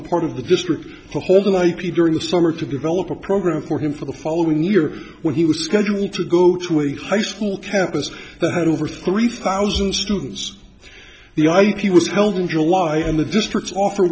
the part of the district holder likely during the summer to develop a program for him for the following year when he was scheduled to go to a high school campus that had over three thousand students the ip was held in july and the district's offer